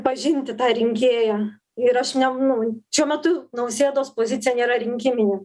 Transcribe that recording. pažinti tą rinkėją ir aš ne nu šiuo metu nausėdos pozicija nėra rinkiminė